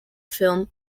film